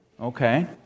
Okay